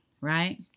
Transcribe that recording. right